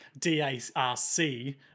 D-A-R-C